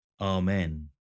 Amen